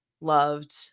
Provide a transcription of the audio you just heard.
loved